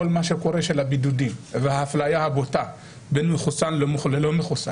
כל מה שקורה עם הבידודים והאפליה הבוטה בין מחוסן ללא מחוסן,